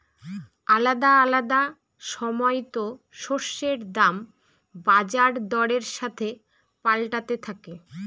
আলাদা আলাদা সময়তো শস্যের দাম বাজার দরের সাথে পাল্টাতে থাকে